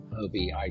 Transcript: obi